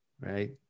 right